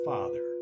Father